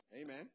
Amen